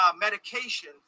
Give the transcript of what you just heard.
medication